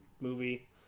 movie